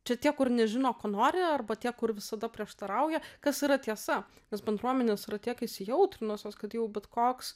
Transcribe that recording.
čia tie kur nežino ko nori arba tie kur visada prieštarauja kas yra tiesa nes bendruomenės yra tiek įsijautrinusios kad jau bet koks